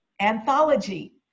anthology